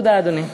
תודה, אדוני.